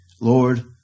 Lord